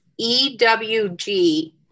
EWG